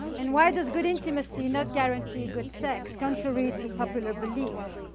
and why does good intimacy not guarantee good sex, contrary to popular belief?